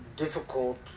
Difficult